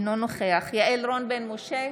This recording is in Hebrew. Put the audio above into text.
אינו נוכח יעל רון בן משה,